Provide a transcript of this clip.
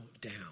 Down